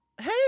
hey